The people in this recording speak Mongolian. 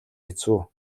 хэцүү